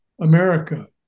America